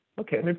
Okay